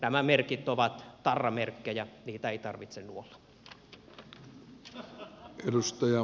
nämä merkit ovat tarramerkkejä niitä ei tarvitse nuolla